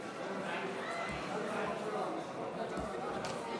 ומדיני לכל אזרחי מדינת ישראל (תיקוני חקיקה)